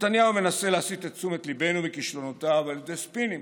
נתניהו מנסה להסיט את תשומת ליבנו מכישלונותיו על ידי ספינים: